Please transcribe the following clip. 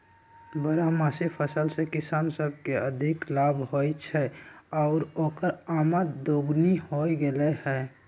बारहमासी फसल से किसान सब के अधिक लाभ होई छई आउर ओकर आमद दोगुनी हो गेलई ह